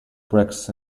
bricks